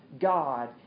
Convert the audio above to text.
God